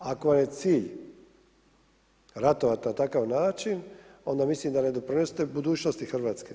Ako vam je cilj ratovati na takav način, onda mislim da ne pridonosite budućnosti Hrvatske.